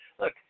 Look